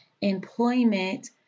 employment